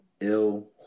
ill